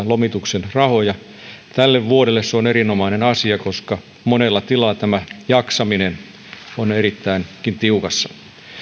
lomituksen rahoja tälle vuodelle kevennettiin miljoonalla eurolla se on erinomainen asia koska monella tilalla tämä jaksaminen on erittäinkin tiukassa